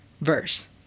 verse